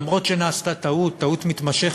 למרות שנעשתה טעות,